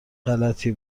غلتی